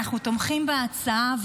אנחנו תומכים בהצעה,